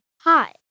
hi